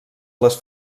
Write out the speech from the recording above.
les